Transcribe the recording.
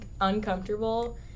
uncomfortable